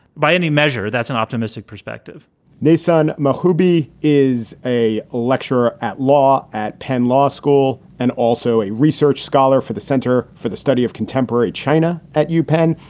by any measure, that's an optimistic perspective they son mahu be is a lecturer at law at penn law school and also a research scholar for the center for the study of contemporary china at you, penn.